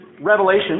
revelation